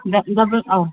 double ꯑꯧ